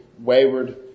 wayward